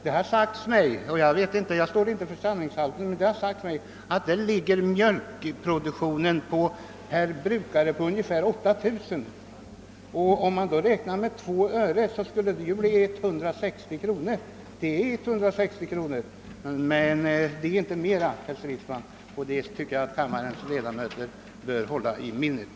Det har sagts mig — jag står inte för sanningshalten — att i Norrbotten ligger mjölkproduktionen för en brukare på i genomsnitt 8 000 kilo. Om man räknar med en höjning med 2 öre blir prisökningen 160 kronor — mer blir det inte, och det tycker jag att kammarens ledamöter bör hålla i minnet.